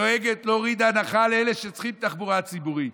דואגת להוריד הנחה לאלה שצריכים תחבורה ציבורית.